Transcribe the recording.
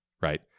right